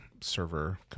server